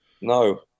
No